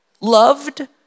loved